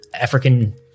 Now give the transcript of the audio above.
African